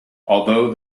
although